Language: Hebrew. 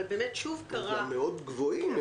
אבל באמת שוב קרה --- הם גם גבוהים מאוד.